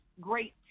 great